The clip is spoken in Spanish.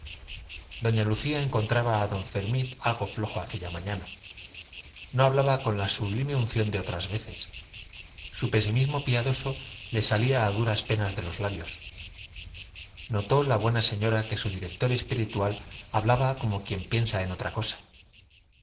doña lucía encontraba a don fermín algo flojo aquella mañana no hablaba con la sublime unción de otras veces su pesimismo piadoso le salía a duras penas de los labios notó la buena señora que su director espiritual hablaba como quien piensa en otra cosa